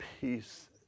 peace